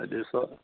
हा ॾिसो